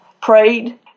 prayed